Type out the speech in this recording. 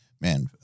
Man